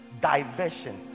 diversion